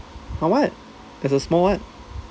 a what as a small what